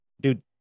dude